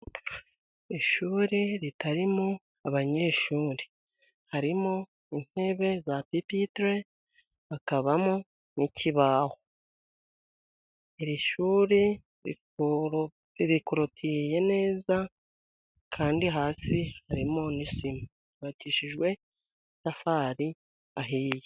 Ishuri ritarimo abanyeshuri, harimo intebe za pipitire, hakabamo n'ikibaho, iri shuri rikorotiye neza, kandi hasi harimo n'isima, ryubakishijwe amatafari ahiye.